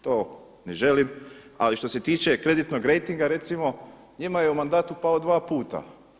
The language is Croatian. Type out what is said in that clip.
To ne želim, ali što će tiče kreditnog rejtinga recimo njima je u mandatu pao dva puta.